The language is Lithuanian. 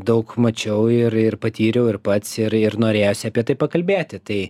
daug mačiau ir patyriau ir pats ir ir norėjosi apie tai pakalbėti tai